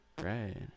Right